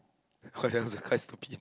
oh ya that was quite stupid